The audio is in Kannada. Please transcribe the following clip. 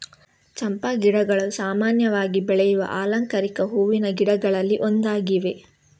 ಚಂಪಾ ಗಿಡಗಳು ಸಾಮಾನ್ಯವಾಗಿ ಬೆಳೆಯುವ ಅಲಂಕಾರಿಕ ಹೂವಿನ ಗಿಡಗಳಲ್ಲಿ ಒಂದಾಗಿವೆ